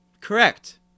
correct